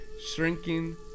shrinking